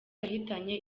yahitanye